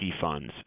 funds